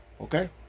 Okay